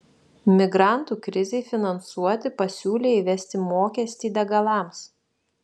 migrantų krizei finansuoti pasiūlė įvesti mokestį degalams